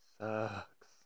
sucks